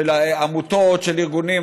של עמותות, של ארגונים.